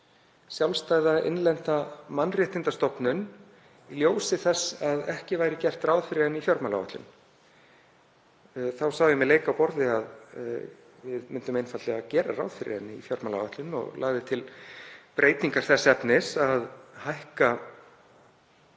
sjálfstæða innlenda mannréttindastofnun í ljósi þess að ekki væri gert ráð fyrir henni í fjármálaáætlun. Þá sá ég mér leik á borði að við myndum einfaldlega gera ráð fyrir henni í fjármálaáætlun og lagði til breytingar þess efnis að hækka